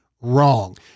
wrong